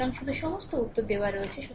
সুতরাং শুধু সমস্ত উত্তর দেওয়া আছে